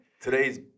Today's